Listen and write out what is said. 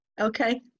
Okay